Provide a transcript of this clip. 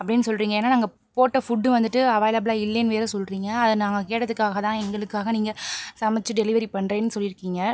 அப்படின்னு சொல்கிறிங்க ஏன்னால் நாங்கள் போட்ட ஃபுட்டு வந்துட்டு அவைளபுலாக இல்லைன்னு வேறு சொல்கிறிங்க அதை நாங்கள் கேட்டதுக்காக தான் எங்களுக்காக நீங்கள் சமச்சு டெலிவரி பண்ணுறேன்னு சொல்லியிருக்கீங்க